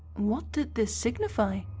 what did this signify?